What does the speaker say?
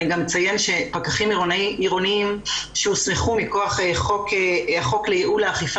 אני גם אציין שפקחים עירוניים שהוסמכו מכוח חוק לייעול האכיפה